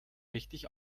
richtig